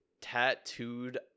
Tattooed